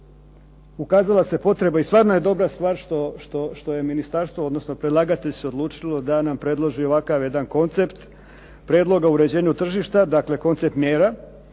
ukazala se potreba i stvarno je dobra stvar što je ministarstvo, odnosno predlagatelj se odlučio da nam predloži ovakav jedan koncept prijedloga uređenja tržišta, dakle koncept mjera.